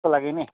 त्यसको लागि नि